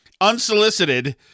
unsolicited